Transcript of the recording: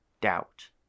doubt